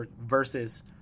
versus